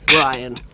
Brian